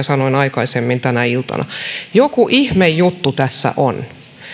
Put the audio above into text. sanoin aikaisemmin tänä iltana joku ihme juttu tässä on